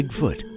bigfoot